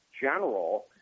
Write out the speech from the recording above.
general